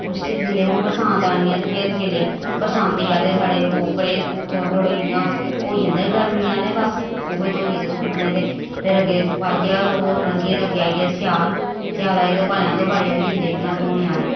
उस जेल्लै हून बरसांत आनी ऐ ते फेर जेल्लै बरसांती आह्ले साढ़े ओह्कड़े थोह्ड़े थोह्डे़ इ'यां होई जंदे गर्मी आह्ले बस ते उ'यै धोइयै ते सुट्टने ते फिर अग्गें ओह् आई जा ओह् नंगी गे ते अग्गें आई गेआ स्याल ते स्याल आई गेआ ते भलेआं गै बड़े ओह् होई जंदे इ'यां धोने आह्ले